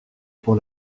pour